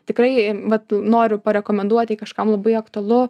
tikrai vat noriu parekomenduoti jei kažkam labai aktualu